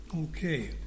Okay